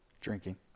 Drinking